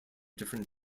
different